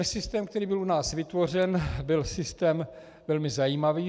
Systém, který byl u nás vytvořen, byl systém velmi zajímavý.